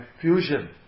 fusion